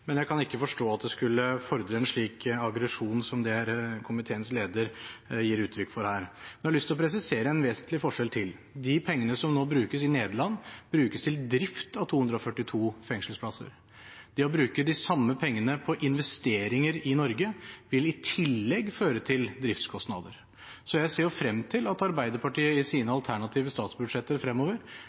men jeg kan ikke forstå at det skulle fordre en slik aggresjon som det komiteens leder gir uttrykk for her. Jeg har lyst til å presisere en vesentlig forskjell til: De pengene som nå brukes i Nederland, brukes til drift av 242 fengselsplasser. Det å bruke de samme pengene på investeringer i Norge vil, i tillegg, føre til driftskostnader. Så jeg ser frem til at Arbeiderpartiet i sine alternative statsbudsjetter fremover